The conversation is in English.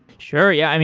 sure, yeah.